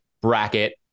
bracket